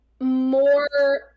more